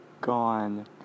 gone